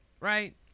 Right